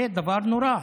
זה דבר נורא.